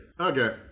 Okay